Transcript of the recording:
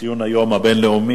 לציון היום הבין-לאומי